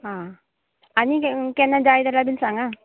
आं आनी केन्ना केन्ना जाय जाल्यार बीन सांगा